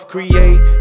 Create